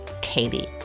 Katie